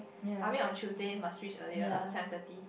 I mean on Tuesday must reach earlier lah seven thirty